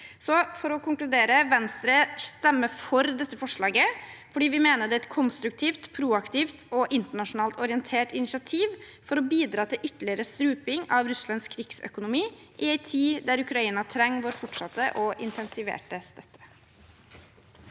For å konkludere: Venstre stemmer for dette forslaget fordi vi mener det er et konstruktivt, proaktivt og internasjonalt orientert initiativ for å bidra til ytterligere struping av Russlands krigsøkonomi i en tid der Ukraina trenger vår fortsatte og intensiverte støtte.